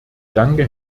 danke